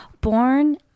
Born